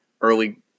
early